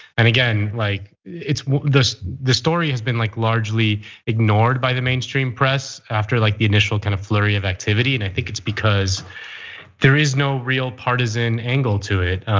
and again, like the the story has been like largely ignored by the mainstream press after like the initial kind of flurry of activity. and i think it's because there is no real partisan angle to it.